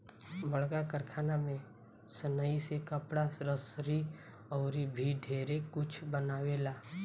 बड़का कारखाना में सनइ से कपड़ा, रसरी अउर भी ढेरे कुछ बनावेला